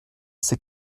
c’est